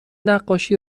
نقاشی